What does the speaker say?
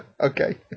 Okay